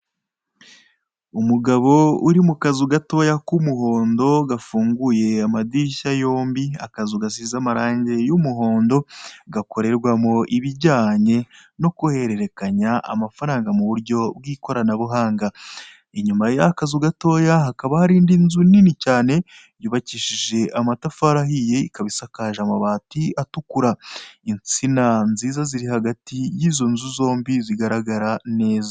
Umugabo uri mu kazu gatoya ku muhondo gafunguye amadirishya yombi, akazu gasize amarangi y'umuhondo gakorerwamo ibijyanye no guhererekanya amafara mu buryo bw'ikoranabuhanga . Inyuma y'akazu gatoya hakaba hari indi nzu nini cyane yubakishije amatafari ahiye, ikaba ishakaje amabati atukura. Insina nziza ziri hagati yizo nzu zombi zigaragara neza.